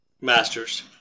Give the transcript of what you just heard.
Masters